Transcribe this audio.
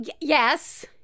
Yes